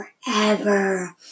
forever